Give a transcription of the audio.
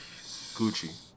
Gucci